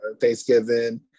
Thanksgiving